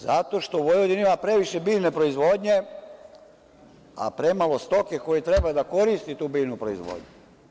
Zato što u Vojvodini ima previše biljne proizvodnje, a premalo stoke koja treba da koristi tu biljnu proizvodnju.